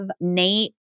Nate